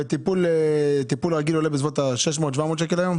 וטיפול רגיל עולה בסביבות 600, 700 שקל היום?